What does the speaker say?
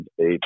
eight